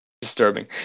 disturbing